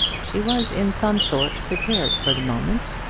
she was in some sort prepared for the moment,